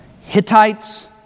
Hittites